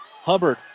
Hubbard